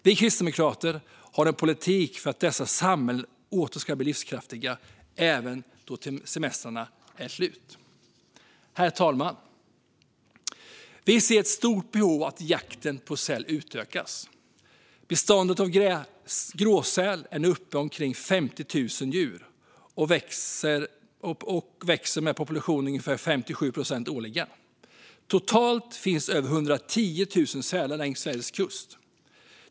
Vi kristdemokrater har en politik för att dessa samhällen åter ska bli livskraftiga, även då semestrarna är slut. Herr talman! Vi ser ett stort behov av att jakten på säl utökas. Beståndet av gråsäl är nu uppe i omkring 50 000 djur, och populationen växer med 5-7 procent årligen. Totalt finns över 110 000 sälar längs Sveriges kust.